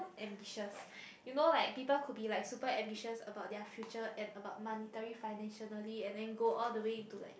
ambitious you know like people could be like super ambitious about their future and about monetary financially and then go all the way to like